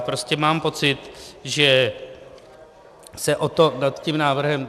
Prostě mám pocit, že se nad tím návrhem...